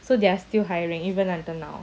so they are still hiring even until now